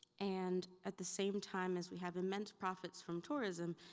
and at the same time as we have immense profits from tourism,